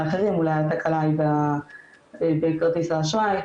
אחרים אולי התקלה היא בכרטיס האשראי,